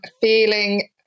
feeling